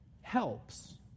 helps